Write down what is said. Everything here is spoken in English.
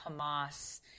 Hamas